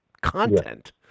content